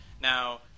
Now